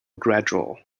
gradual